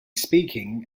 speaking